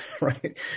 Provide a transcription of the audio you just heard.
right